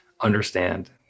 understand